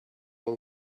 will